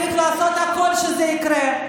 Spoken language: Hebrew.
לעשות הכול שזה יקרה,